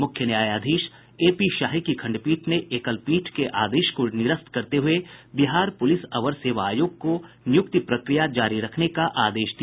मुख्य न्यायाधीश एपीशाही की खंडपीठ ने एकलपीठ के आदेश को निरस्त करते हुए बिहार पुलिस अवर सेवा आयोग को नियुक्ति प्रक्रिया जारी रखने का आदेश दिया